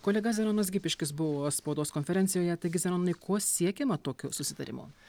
kolega zenonas gipiškis buvo spaudos konferencijoje taigi zenonui kuo siekiama tokiu susitarimu